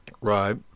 Right